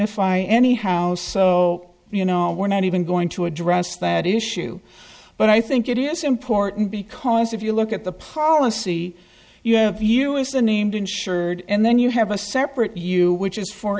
indemnify anyhow so you know we're not even going to address that issue but i think it is important because if you look at the policy you have you is the named insured and then you have a separate you which is fo